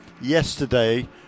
yesterday